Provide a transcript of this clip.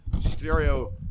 stereo